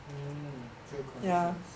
mm pure conscience